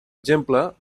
exemple